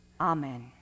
Amen